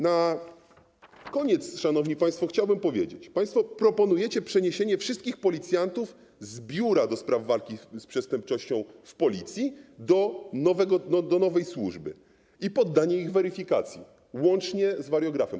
Na koniec, szanowni państwo, chciałbym powiedzieć, że państwo proponujecie przeniesienie wszystkich policjantów z biura ds. walki z przestępczością w Policji do nowej służby i poddanie ich weryfikacji, łącznie z wariografem.